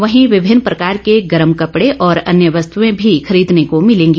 वहीं विभिन्न प्रकार के गर्म कपड़े और अन्य वस्तुएं भी खरीदने को भिलेंगी